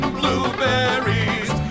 blueberries